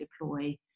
deploy